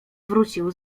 wrócił